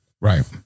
Right